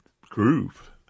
groove